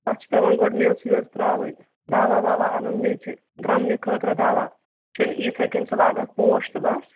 تَتھ چھِ پیٚوان گۄڈٕ میٚژ ویٚژ ترٛاوٕنۍ دَوا وَوا اَنُن میٚژِ درٛمنہِ خٲطرٕ دَوہ چھُنہٕ یِتھَے کٔنۍ سُہ لاگَکھ پوش تہٕ بَس